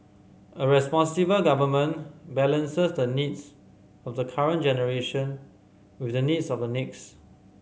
a responsible government balances the needs of the current generation with the needs of the next